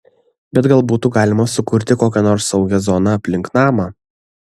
bet gal būtų galima sukurti kokią nors saugią zoną aplink namą